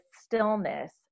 stillness